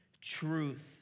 truth